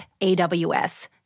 AWS